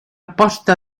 posta